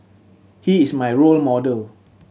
he is my role model